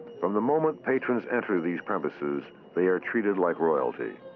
from the moment patrons enter these premises, they are treated like royalty.